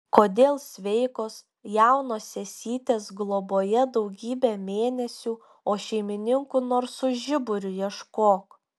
kodėl sveikos jaunos sesytės globoje daugybę mėnesių o šeimininkų nors su žiburiu ieškok